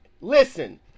Listen